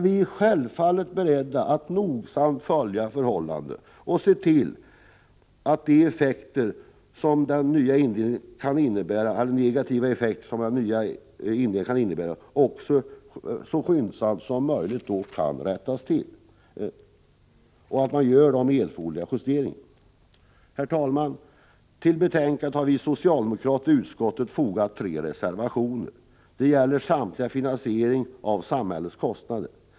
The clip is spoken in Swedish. Vi är självfallet beredda att nogsamt följa förhållandena och se till att de negativa effekter som den nya indelningen kan innebära så skyndsamt som möjligt rättas till och att erforderliga justeringar görs. Herr talman! Till betänkandet har vi socialdemokrater i utskottet fogat tre reservationer. De gäller samtliga finansiering av samhällets kostnader.